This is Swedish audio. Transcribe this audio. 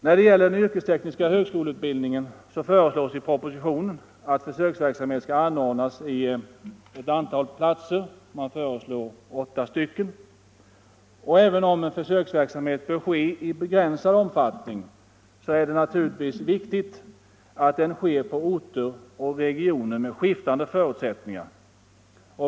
När det gäller yrkesteknisk högskoleutbildning föreslås i propositionen att försöksverksamhet skall anordnas på ett antal platser. Man föreslår åtta stycken. Även om en försöksverksamhet bör ske i begränsad omfattning, är det naturligtvis viktigt att den sker på orter och i regioner med skiftande förutsättningar.